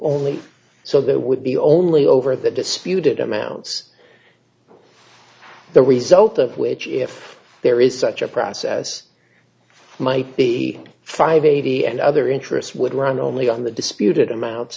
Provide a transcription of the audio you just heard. only so there would be only over the disputed amounts the result of which if there is such a process might be five eighty and other interest would run only on the disputed amount